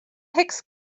hicks